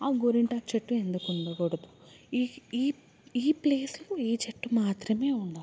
ఆ గోరింటాకు చెట్టు ఎందుకు ఉండకూడదు ఈ ఈ ఈ ప్లేస్లో ఈ చెట్టు మాత్రమే ఉండాలి